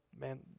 man